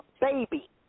baby